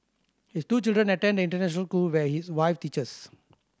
his two children attend the international school where his wife teaches